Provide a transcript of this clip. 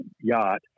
yacht